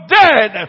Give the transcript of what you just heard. dead